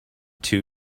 two